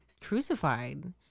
crucified